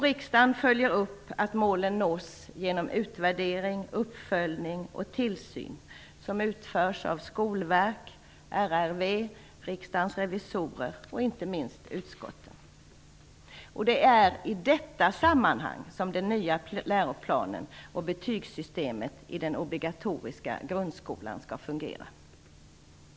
Riksdagen följer upp att målen nås genom utvärdering, uppföljning och tillsyn som utförs av bl.a. Skolverket, RRV, Riksdagens revisorer och inte minst utskottet. Det är i detta sammanhang som den nya läroplanen och betygssystemet i den obligatoriska grundskolan skall fungera.